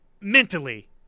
mentally